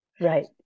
Right